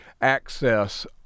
access